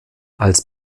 als